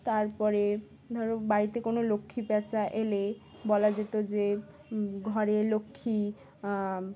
তারপরে ধরো বাড়িতে কোনো লক্ষ্মী পেঁচা এলে বলা যেত যে ঘরে লক্ষ্মী